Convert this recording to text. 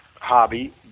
hobby